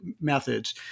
methods